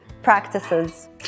practices